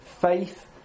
faith